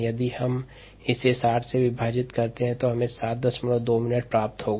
यदि हम इसे 60 से भाग करते हैं तब 72 मिनट्स प्राप्त होगा